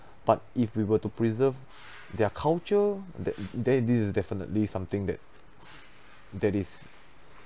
but if we were to preserve their culture that then this is definitely something that that is